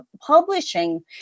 publishing